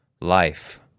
life